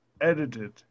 edited